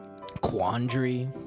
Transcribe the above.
quandary